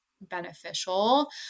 beneficial